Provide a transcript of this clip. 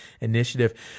initiative